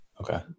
Okay